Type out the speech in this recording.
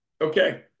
Okay